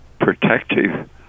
protective